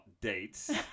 dates